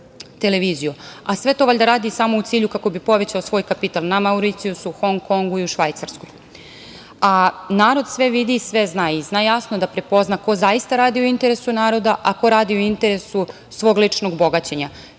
televiziju, a sve to valjda radi samo u cilju kako bi povećao svoj kapital na Mauricijusu, Hong Kongu i u Švajcarskoj. Narod sve vidi i sve zna i zna jasno da prepozna ko zaista radi u interesu naroda, a ko radi u interesu svog ličnog bogaćenja,